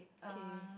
okay